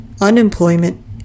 unemployment